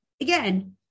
again